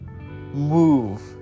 move